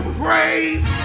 praise